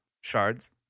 shards